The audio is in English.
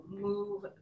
move